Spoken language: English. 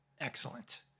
Excellent